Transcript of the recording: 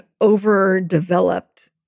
overdeveloped